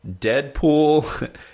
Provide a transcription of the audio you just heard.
deadpool